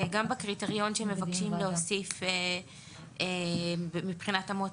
גם בקריטריון שמבקשים להוסיף מבחינת אמות